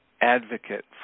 advocate